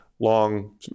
long